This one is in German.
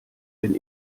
wenn